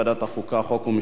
חוק ומשפט,